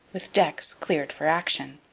with decks cleared for action.